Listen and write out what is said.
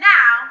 Now